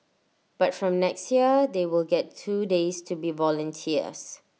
but from next year they will get two days to be volunteers